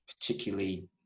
particularly